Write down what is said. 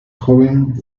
joven